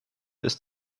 ist